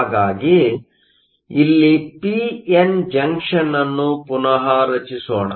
ಹಾಗಾಗಿ ಇಲ್ಲಿ P N junction ಅನ್ನು ಪುನಃ ರಚಿಸೋಣ